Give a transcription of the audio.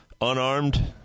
unarmed